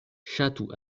ŝatu